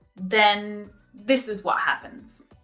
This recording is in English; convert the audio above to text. then this is what happens.